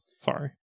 sorry